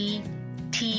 -t